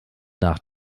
nach